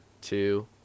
Two